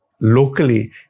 locally